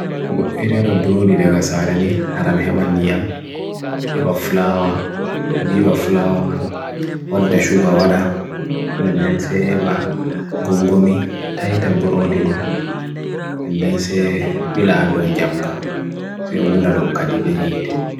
ʻe ʻriʻa dā ʻr'o dīdā qa ʻsāré ni ʻar'an ʻe ʻban liiam ʻe ʻwa ʻflawa ʻdīw ʻa ʻflawa man ʻwada shu ʻga wada ʻnden ʻse ʻba ʻgongomi ʻtaita ʻbruwadi man ʻnden ʻse ʻbila ado ʻengamga ʻse ʻu la don ʻkad ʻibē ite